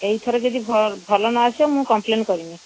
ଏଇ ଥର ଯଦି ଭଲ ନ ଆସିବ ମୁଁ କମ୍ପ୍ଲେନ କରିବି